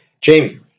Jamie